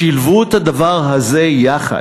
שילבו את הדברים האלה, יחד.